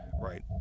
right